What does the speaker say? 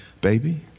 baby